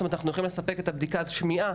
זאת אומרת שאפשר לממן את בדיקת השמיעה,